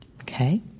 Okay